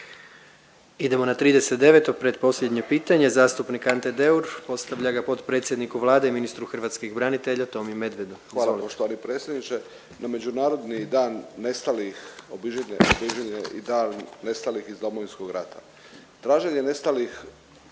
Idemo na 39. pretposljednje pitanje, zastupnik Ante Deur postavlja ga potpredsjedniku Vlade i ministru hrvatskih branitelja Tomi Medvedu. Izvolite. **Deur, Ante (HDZ)** Hvala poštovani predsjedniče. Na Međunarodni dan nestalih obilježen je i Dan nestalih iz Domovinskog rata. Traženje nestalih